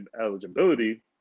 eligibility